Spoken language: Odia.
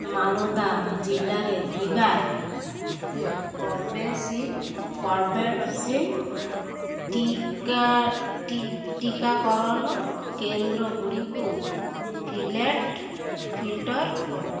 ମାଲଦା ଜିଲ୍ଲାରେ ଥିବା କୋଭ୍ୟାକ୍ସିନ୍ କୋଭ୍ୟାକ୍ସିନ୍ ଟି ଟିକାକରଣ କେନ୍ଦ୍ରଗୁଡ଼ିକ ଫିଲେଟ ଫିଲ୍ଟର କର